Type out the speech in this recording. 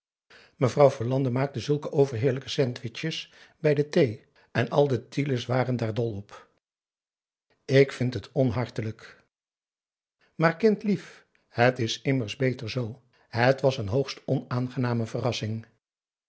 mevrouw verlande maakte zulke overheerlijke sandwiches bij de thee en al de tiele's waren daar dol op ik vind het onhartelijk maar kindlief het is immers beter z het was een hoogst onaangename verrassing